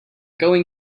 going